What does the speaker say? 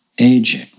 aging